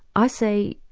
i say,